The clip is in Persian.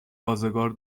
آزگار